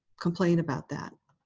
complain about that